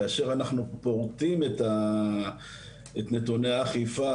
כאשר אנחנו פורטים את נתוני האכיפה,